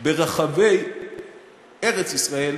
ברחבי ארץ-ישראל,